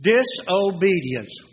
Disobedience